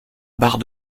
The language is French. barre